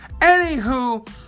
Anywho